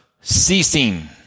ceasing